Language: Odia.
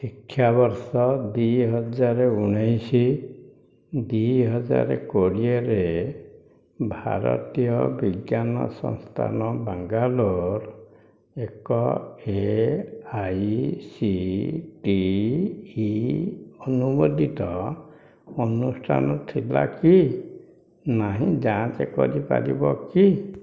ଶିକ୍ଷା ବର୍ଷ ଦୁଇହଜାର ଉଣେଇଶି ଦୁଇହଜାର କୋଡ଼ିଏରେ ଭାରତୀୟ ବିଜ୍ଞାନ ସଂସ୍ଥାନ ବାଙ୍ଗାଲୋର ଏକ A I C T E ଅନୁମୋଦିତ ଅନୁଷ୍ଠାନ ଥିଲା କି ନାହିଁ ଯାଞ୍ଚ୍ କରିପାରିବ କି